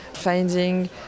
finding